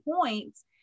points